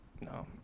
No